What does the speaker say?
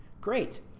great